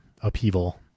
upheaval